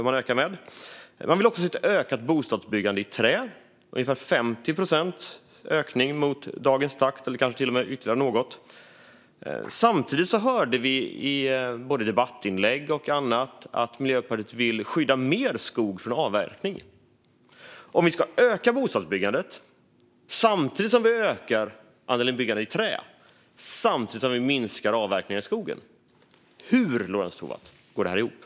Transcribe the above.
Man vill också se ett ökat bostadsbyggande i trä - ungefär 50 procents ökning mot dagens takt eller kanske till och med ytterligare något. Samtidigt hör vi både i debattinlägg och i andra sammanhang att Miljöpartiet vill skydda mer skog från avverkning. Om vi ska öka bostadsbyggandet och dessutom andelen byggande i trä samtidigt som vi ska minska avverkningar i skogen - hur går det ihop, Lorentz Tovatt?